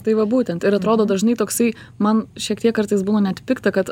tai va būtent ir atrodo dažnai toksai man šiek tiek kartais būna net pikta kad